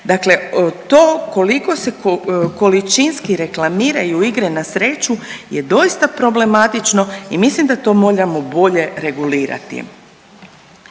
Dakle, to koliko se količinski reklamiraju igre na sreću je doista problematično i mislim da to moramo bolje regulirati.